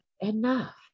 enough